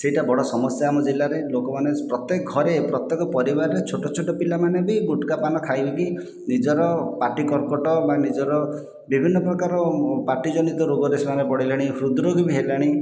ସେଇଟା ବଡ଼ ସମସ୍ୟା ଆମ ଜିଲ୍ଲାରେ ଲୋକମାନେ ପ୍ରତ୍ୟେକ ଘରେ ପ୍ରତ୍ୟେକ ପରିବାରରେ ଛୋଟ ଛୋଟ ପିଲାମାନେ ବି ଗୁଟ୍ଖା ପାନ ଖାଇକି ନିଜର ପାଟି କର୍କଟ ବା ନିଜର ବିଭିନ୍ନ ପ୍ରକାର ପାଟି ଜନିତ ରୋଗରେ ସେମାନେ ପଡ଼ିଲେଣି ହୃଦରୋଗ ବି ହେଲାଣି